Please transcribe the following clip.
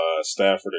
Stafford